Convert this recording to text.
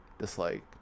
dislike